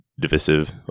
divisive